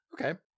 Okay